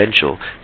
potential